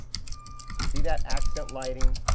see that accent lighting?